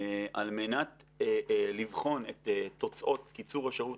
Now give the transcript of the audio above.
על מנת לבחון את תוצאות קיצור השירות